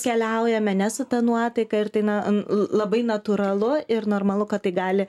keliaujame ne su ta nuotaika ir tai na labai natūralu ir normalu kad tai gali